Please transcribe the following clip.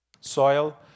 soil